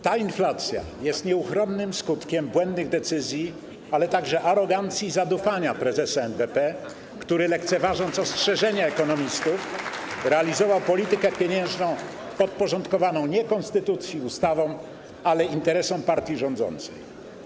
Ta inflacja jest nieuchronnym skutkiem błędnych decyzji, ale także arogancji i zadufania prezesa NBP, który lekceważąc ostrzeżenia ekonomistów, realizował politykę pieniężną podporządkowaną nie konstytucji, ustawom, ale interesom partii rządzącej.